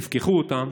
תפקחו אותן